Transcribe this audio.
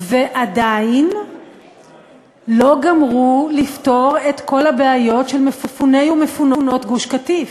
ועדיין לא גמרו לפתור את כל הבעיות של מפוני ומפונות גוש-קטיף.